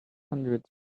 hundreds